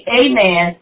amen